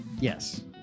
yes